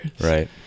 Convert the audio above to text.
Right